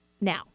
Now